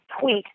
tweet